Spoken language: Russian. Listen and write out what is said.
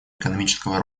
экономического